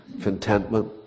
contentment